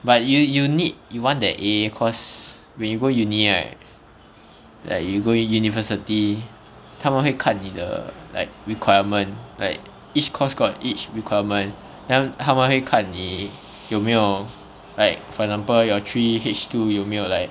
but you you need you want that A cause when you go uni right like you go university 他们会看你的 like requirement like each course got each requirement then 他们会看你有没有 like for example your three H two 有没有 like